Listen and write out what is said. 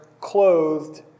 clothed